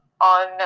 on